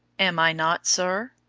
am i not, sir?